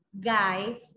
guy